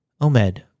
Omed